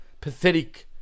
pathetic